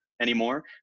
anymore